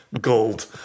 Gold